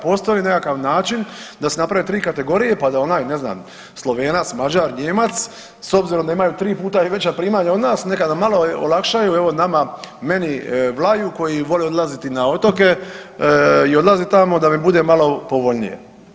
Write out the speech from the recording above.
Postoji li nekakav način da se naprave tri kategorije pa da onaj ne znam Slovenac, Mađar, Nijemac s obzirom da imaju tri puta i veća primanja od nas neka nam malo olakšaju i evo nama meni Vlaju koji voli odlaziti na otoke i odlazi tamo da mi bude malo povoljnije.